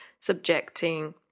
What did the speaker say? subjecting